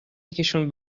یکیشون